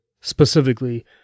specifically